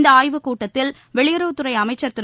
இந்த ஆய்வுக் கூட்டத்தில் வெளியுறவுத்துறை அமைச்சர் திரு